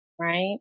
Right